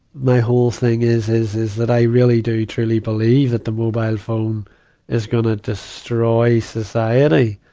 my whole thing is, is, is that i really do truly believe that the mobile phone is gonna destroy society,